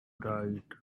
bright